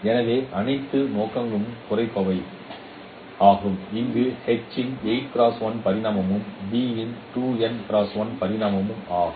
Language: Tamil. எனவே அனைத்து நோக்கங்களும் குறைப்பதே ஆகும் இங்கு h இன் பரிமாணமும் b இன் பரிமாணமும் ஆகும்